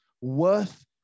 worth